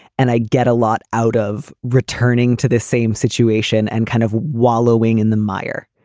and i get a lot out of returning to this same situation and kind of wallowing in the mire,